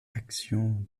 action